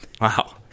Wow